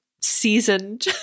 seasoned